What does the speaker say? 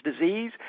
disease